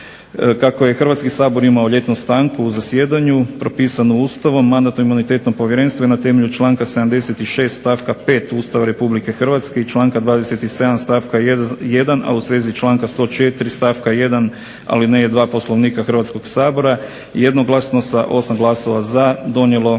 Kako je Hrvatski sabor imao ljetnu stanku u zasjedanju propisanu Ustavom, Mandatno-imunitetno povjerenstvo je na temelju članka 76. stavka 5. Ustava Republike Hrvatske i članka 27. stavka 1., a u svezi članka 104. stavka 1. alineje 2. Poslovnika Hrvatskog sabora, jednoglasno sa 8 glasova za donijelo